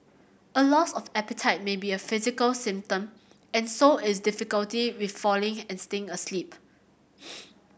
a loss of appetite may be a physical symptom and so is difficulty with falling and staying asleep